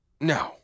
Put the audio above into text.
No